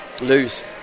Lose